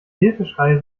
hilfeschreie